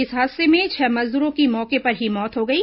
इस हादसे में छह मजदूरों की मौके पर ही मौत हो गई